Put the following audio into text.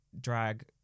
drag